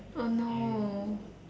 oh no